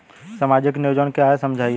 सामाजिक नियोजन क्या है समझाइए?